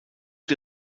die